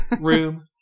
room